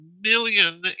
Million